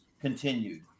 continued